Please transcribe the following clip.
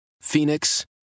Phoenix